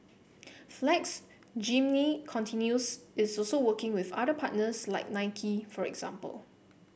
flex Jeannine continues is also working with other partners like Nike for example